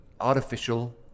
artificial